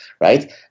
right